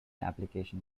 application